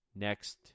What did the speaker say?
next